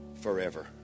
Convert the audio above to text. forever